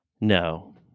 No